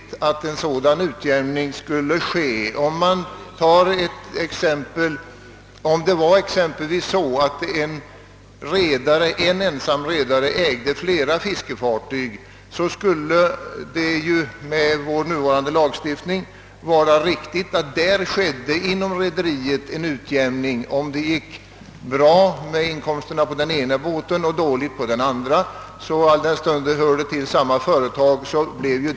En sådan utjämning borde vara värd att taga efter. Äger exempelvis en ensam redare flera fiskefartyg torde det vara förenligt med vår nuvarande lagstiftning att inom rederiet en utjämning kommer till stånd, så att inkomsterna från en båt som gått med vinst utjämnas mot förlusten på en båt som gått dåligt.